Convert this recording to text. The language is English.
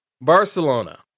Barcelona